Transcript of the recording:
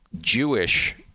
Jewish